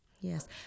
Yes